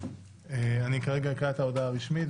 אני אקרא את ההודעה הרשמית,